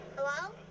Hello